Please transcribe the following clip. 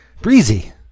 Breezy